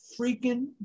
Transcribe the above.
freaking